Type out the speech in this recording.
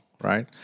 right